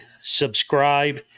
subscribe